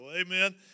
Amen